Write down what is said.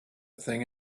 thing